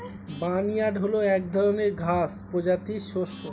barnyard হল এক ধরনের ঘাস প্রজাতির শস্য